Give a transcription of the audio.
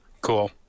cool